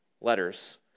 letters